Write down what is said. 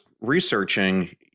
researching